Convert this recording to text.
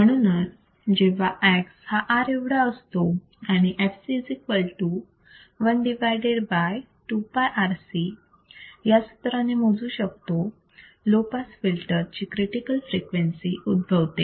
म्हणूनच जेव्हा X हा R एवढा असतो आणि तो fc 1 या सूत्राने मोजू शकतो तेव्हा लो पास फिल्टर ची क्रिटिकल फ्रिक्वेन्सी उद्भवते